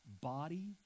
Body